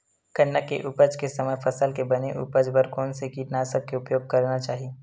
गन्ना के उपज के समय फसल के बने उपज बर कोन से कीटनाशक के उपयोग करना चाहि?